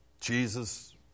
Jesus